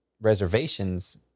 reservations